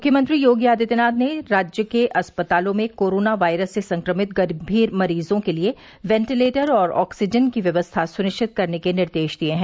मुख्यमंत्री योगी आदित्यनाथ ने राज्य के अस्पतालों में कोरोना वायरस से संक्रमित गम्मीर मरीजों के लिए वेन्टिलेटर और ऑक्सीजन की व्यवस्था सुनिश्चित करने के निर्देश दिए हैं